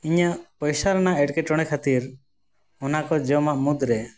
ᱤᱧᱟᱹᱜ ᱯᱚᱭᱥᱟ ᱨᱮᱱᱟᱜ ᱮᱴᱠᱮᱴᱚᱬᱮ ᱠᱷᱟᱹᱛᱤᱨ ᱚᱱᱟᱠᱚ ᱡᱚᱢᱟᱜ ᱢᱩᱫᱽᱨᱮ